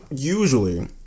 Usually